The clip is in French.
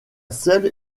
seule